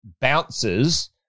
bounces